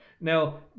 now